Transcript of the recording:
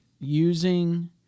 using